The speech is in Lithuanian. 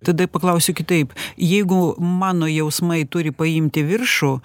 tada paklausiu kitaip jeigu mano jausmai turi paimti viršų